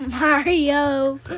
Mario